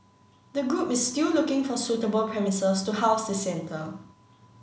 the group is still looking for suitable premises to house the centre